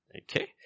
Okay